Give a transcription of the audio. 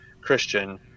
christian